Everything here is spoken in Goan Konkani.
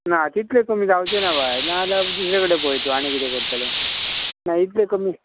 ना तितलें कमी जावचें ना बाय ना जाल्यार दुसरे कडेन पळय तूं आनी किदें करतलें ना इतलें कमी